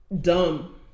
dumb